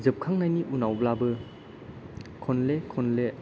जोबखांनायनि उनावब्लाबो खनले खनले